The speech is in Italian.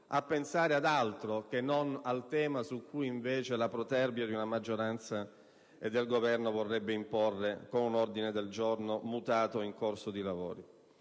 a pensare ad altro che non al tema che invece la protervia di una maggioranza e del Governo vorrebbe imporre con un ordine del giorno mutato in corso dei lavori.